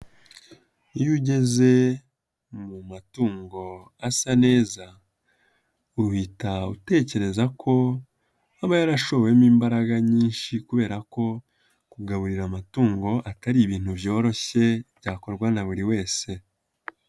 Iyo ugeze mu matungo asa neza uhita utekereza ko aba yarashowemo imbaraga nyinshi kubera ko kugaburira amatungo atari ibintu byoroshye byakorwa na buri wese.